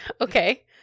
Okay